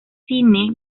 cine